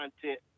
content